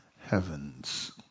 heavens